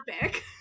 topic